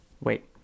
Wait